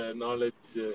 knowledge